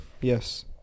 Yes